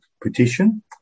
petition